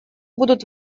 будут